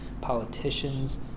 politicians